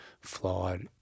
flawed